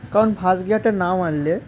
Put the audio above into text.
কারণ ফার্স্ট গিয়ারটা না মারলে